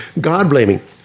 God-blaming